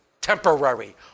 temporary